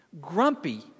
grumpy